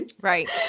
Right